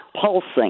pulsing